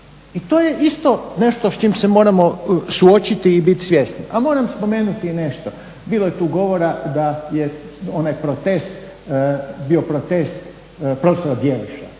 I to je isto nešto s čim se moramo suočiti i biti svjesni. Ali moram spomenuti i nešto, bilo je tu govora da je onaj protest bio protest profesora ….